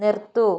നിർത്തൂ